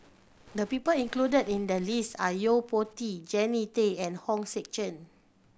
the people included in the list are Yo Po Tee Jannie Tay and Hong Sek Chern